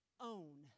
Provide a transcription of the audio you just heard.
own